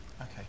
Okay